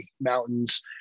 mountains